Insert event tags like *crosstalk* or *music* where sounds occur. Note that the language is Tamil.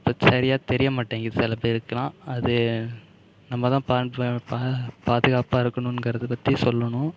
இப்போ சரியாக தெரிய மாட்டேங்குது சில பேருக்கெல்லாம் அது நம்ம தான் *unintelligible* பாதுகாப்பாக இருக்கணுங்கிறது பற்றி சொல்லணும்